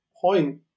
point